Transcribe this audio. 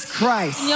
Christ